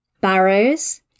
Barrows